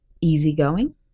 easygoing